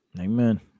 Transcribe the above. amen